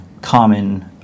common